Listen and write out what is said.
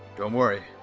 don't worry.